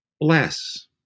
Bless